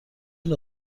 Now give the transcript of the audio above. نوع